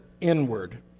inward